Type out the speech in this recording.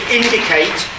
indicate